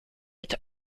its